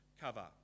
cover